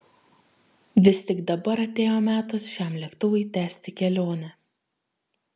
vis tik dabar atėjo metas šiam lėktuvui tęsti kelionę